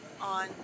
on